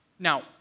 Now